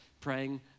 praying